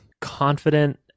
confident